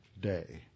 day